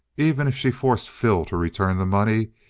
even if she forced phil to return the money,